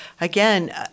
again